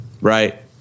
Right